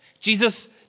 Jesus